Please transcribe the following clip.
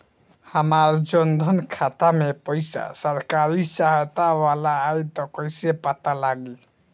हमार जन धन खाता मे पईसा सरकारी सहायता वाला आई त कइसे पता लागी?